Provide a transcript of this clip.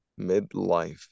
midlife